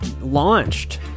launched